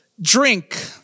drink